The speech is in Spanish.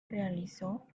realizó